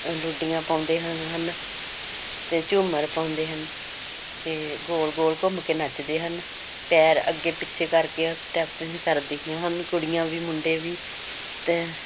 ਲੁੱਡੀਆਂ ਪਾਉਂਦੇ ਹ ਹਨ ਅਤੇ ਝੂਮਰ ਪਾਉਂਦੇ ਹਨ ਅਤੇ ਗੋਲ ਗੋਲ ਘੁੰਮ ਕੇ ਨੱਚਦੇ ਹਨ ਪੈਰ ਅੱਗੇ ਪਿੱਛੇ ਕਰਕੇ ਉਹ ਸਟੈਪ ਜਿਹੇ ਕਰਦੀਆਂ ਹਨ ਕੁੜੀਆਂ ਵੀ ਮੁੰਡੇ ਵੀ ਅਤੇ